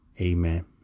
Amen